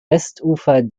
westufer